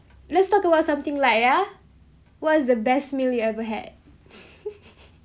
let's talk about something like ya what's the best meal you ever had